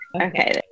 okay